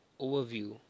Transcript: overview